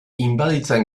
inbaditzen